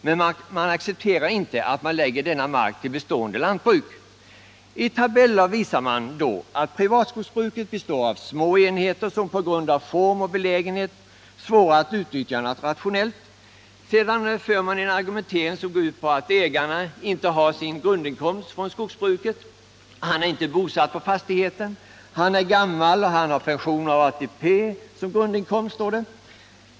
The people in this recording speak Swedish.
Men man accepterar inte att man lägger denna mark till bestående lantbruk. I tabeller visar man då att privatskogsbruket består av småenheter som på grund av form och belägenhet är svåra att utnyttja rationellt. Sedan för man en argumentering som går ut på att ägaren inte har sin grundinkomst från skogsbruket, han är inte bosatt på fastigheten, han är gammal och har pension och ATP som grundinkomst.